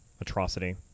atrocity